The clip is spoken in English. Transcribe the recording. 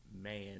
Man